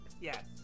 Yes